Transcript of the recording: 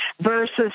versus